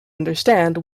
understand